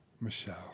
Michelle